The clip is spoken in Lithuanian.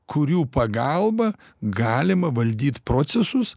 kurių pagalba galima valdyt procesus